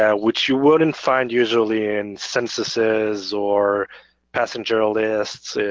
yeah which you wouldn't find usually in censuses or passenger lists.